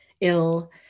ill